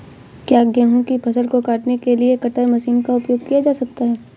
क्या गेहूँ की फसल को काटने के लिए कटर मशीन का उपयोग किया जा सकता है?